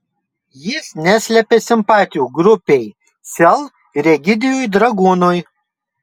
jis neslepia simpatijų grupei sel ir egidijui dragūnui